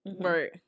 Right